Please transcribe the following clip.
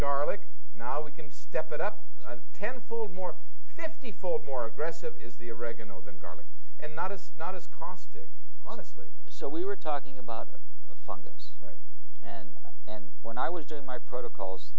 garlic now we can step it up ten for more fifty four more aggressive is the oregano than garlic and not as not as caustic honestly so we were talking about fungus and and when i was doing my protocols